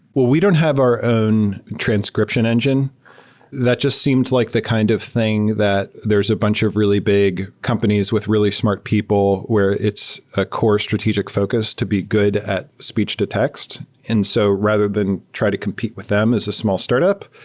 well, we don't have our own transcription engine that just seems like the kind of thing that there's a bunch of really big companies with really smart people where it's a core strategic focus to be good at speech-to-text. and so rather than try to compete with them as a small startup,